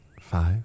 Five